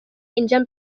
injan